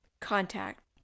contact